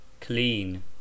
Clean